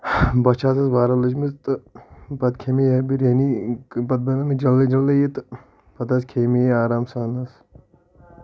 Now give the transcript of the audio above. بۄچھِ حض ٲس واریاہ لٔجمٕژ تہٕ پَتہٕ کھیٚیہِ مےٚ یِہے بریٲنی پَتہٕ بنٲو یہِ جلدی جلدی یہِ تہٕ پَتہٕ حض کھیٚیہِ مےٚ یہِ آرام سان حظ